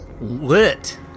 Lit